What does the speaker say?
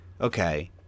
Okay